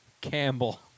Campbell